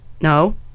No